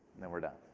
then we're done.